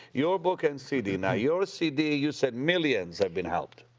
your book and cd now, your cd you said millions have been helped.